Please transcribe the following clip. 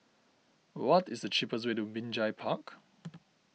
what is the cheapest way to Binjai Park